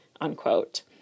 unquote